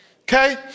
okay